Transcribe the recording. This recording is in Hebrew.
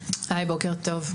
בוקר טוב.